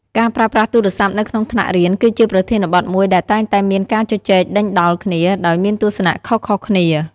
ការប្រើប្រាស់ទូរស័ព្ទនៅក្នុងថ្នាក់រៀន គឺជាប្រធានបទមួយដែលតែងតែមានការជជែកដេញដោលគ្នា ដោយមានទស្សនៈខុសៗគ្នា។